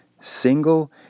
single